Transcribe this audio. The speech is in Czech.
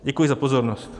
Děkuji za pozornost.